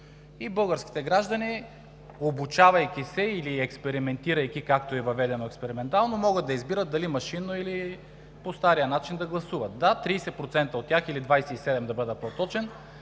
Българските граждани, обучавайки се, или експериментирайки, както е въведено експериментално, могат да избират дали машинно или по стария начин да гласуват. Да, 30% от тях, или да бъда по-точен